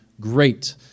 great